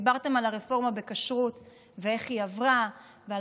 דיברתם על הרפורמה בכשרות ואיך היא עברה ועל